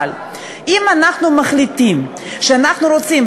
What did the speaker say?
אבל אם אנחנו מחליטים שאנחנו רוצים,